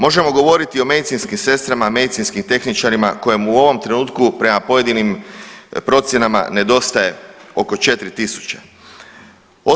Možemo govoriti o medicinskim sestrama, medicinskim tehničarima kojih u ovom trenutku prema pojedinim procjenama nedostaje oko 4.000.